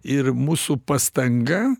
ir mūsų pastanga